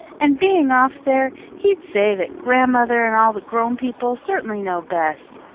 and being off there, he'd say that grandmother and all the grown people certainly know best.